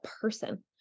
person